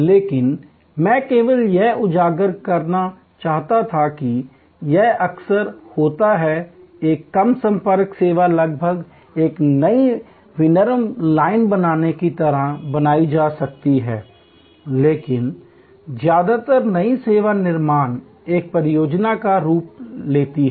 लेकिन मैं केवल यह उजागर करना चाहता था कि यह अक्सर होता है एक कम संपर्क सेवा लगभग एक नई विनिर्माण लाइन बनाने की तरह बनाई जा सकती है लेकिन ज्यादातर नई सेवा निर्माण एक परियोजना का रूप लेती है